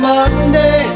Monday